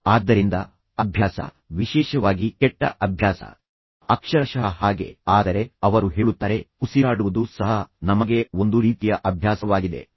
ಆದ್ದರಿಂದ ಅಭ್ಯಾಸ ವಿಶೇಷವಾಗಿ ಕೆಟ್ಟ ಅಭ್ಯಾಸ ಅಕ್ಷರಶಃ ಹಾಗೆ ಆದರೆ ಅವರು ಹೇಳುತ್ತಾರೆ ಉಸಿರಾಡುವುದು ಸಹ ನಮಗೆ ಒಂದು ರೀತಿಯ ಅಭ್ಯಾಸವಾಗಿದೆ ಆತ ಹೇಳುವುದೆಲ್ಲವೂ ಅಭ್ಯಾಸ